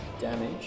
damage